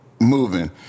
moving